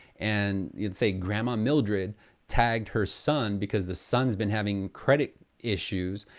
and you'd say grandma mildred tagged her son because the son's been having credit issues,